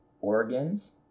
organs